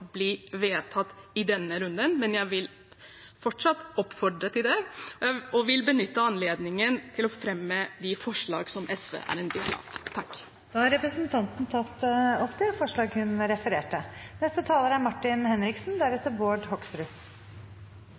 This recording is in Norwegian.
bli vedtatt i denne runden. Men jeg vil fortsatt oppfordre til det og vil benytte anledningen til å fremme det forslaget som bl.a. SV står bak. Representanten Sheida Sangtarash har tatt opp det forslaget hun refererte til. Det er